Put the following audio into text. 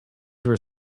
were